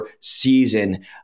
season